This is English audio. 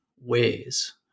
ways